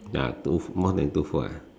ah two more than two foot ah